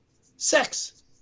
Sex